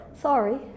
Sorry